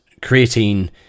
creatine